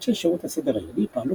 אנשי שירות הסדר היהודי פעלו